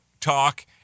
talk